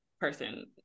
person